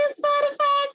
spotify